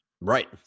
Right